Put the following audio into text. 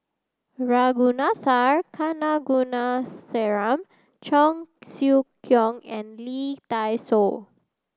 Ragunathar Kanagasuntheram Cheong Siew Keong and Lee Dai Soh